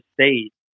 state